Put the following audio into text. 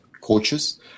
coaches